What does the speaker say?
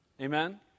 Amen